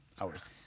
hours